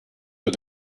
but